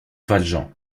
valjean